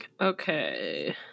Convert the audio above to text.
Okay